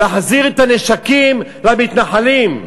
להחזיר את הנשקים למתנחלים.